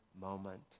moment